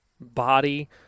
body